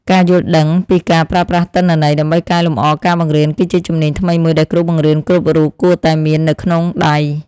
ការយល់ដឹងពីការប្រើប្រាស់ទិន្នន័យដើម្បីកែលម្អការបង្រៀនគឺជាជំនាញថ្មីមួយដែលគ្រូបង្រៀនគ្រប់រូបគួរតែមាននៅក្នុងដៃ។